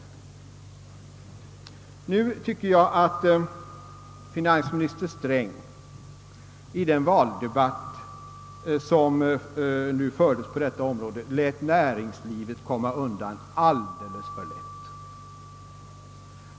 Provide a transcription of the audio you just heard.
Jag tycker att finansminister Sträng i den valdebatt som fördes på detta område lät näringslivet komma undan alldeles för lätt.